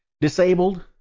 disabled